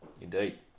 Indeed